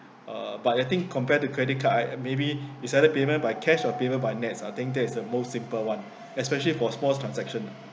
uh but I think compared to credit card I maybe it's either payment by cash or payment by NETS I think that is the most simple one especially for small transaction